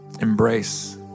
embrace